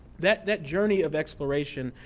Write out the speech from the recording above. that that journey of exploration,